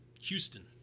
Houston